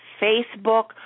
Facebook